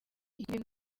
ikindi